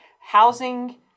housing